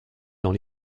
dans